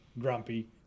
grumpy